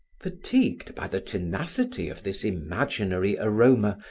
fatigued by the tenacity of this imaginary aroma,